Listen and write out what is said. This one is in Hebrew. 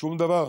שום דבר.